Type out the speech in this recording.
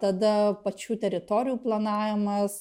tada pačių teritorijų planavimas